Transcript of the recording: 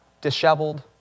disheveled